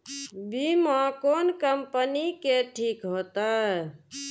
बीमा कोन कम्पनी के ठीक होते?